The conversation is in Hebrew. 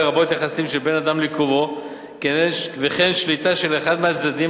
לרבות יחסים שבין אדם לקרובו וכן שליטה של אחד מהצדדים